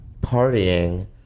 partying